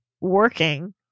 working